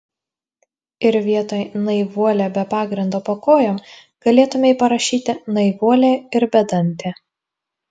ir vietoj naivuolė be pagrindo po kojom galėtumei parašyti naivuolė ir bedantė